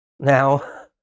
now